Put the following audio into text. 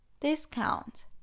Discount